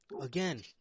Again